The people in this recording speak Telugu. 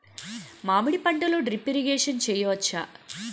మామిడి పంటలో డ్రిప్ ఇరిగేషన్ చేయచ్చా?